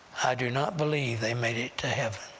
i do not believe they made it to heaven.